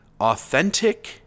authentic